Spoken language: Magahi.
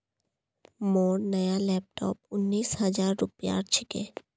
मोर नया लैपटॉप उन्नीस हजार रूपयार छिके